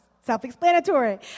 self-explanatory